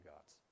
gods